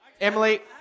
Emily